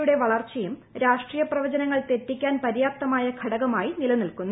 യുടെ വളർച്ചയും രാഷ്ട്രീയപ്രവചനങ്ങൾ തെറ്റിക്കാൻ പര്യാപ്തമായ ഘടകമായി നിലനിൽക്കുന്നു